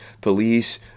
police